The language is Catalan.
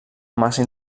massa